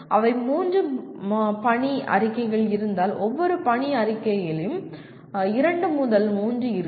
அவை மூன்று பணி அறிக்கைகள் இருந்தால் ஒவ்வொரு பணி அறிக்கையிலும் இரண்டு முதல் மூன்று இருக்கும்